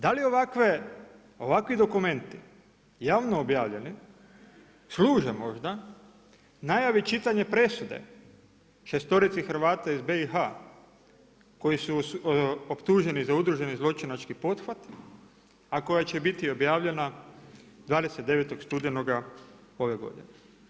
Da li ovakvi dokumenti javno objavljeni služe možda najavi čitanja presude šestorici Hrvata iz BiH-a koji su optuženi za udruženi zločinački pothvat a koja će biti objavljena 29. studenoga ove godine?